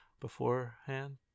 Beforehand